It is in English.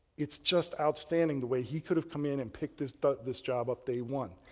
it's just outstanding the way he could have come in and picked this but this job up day one.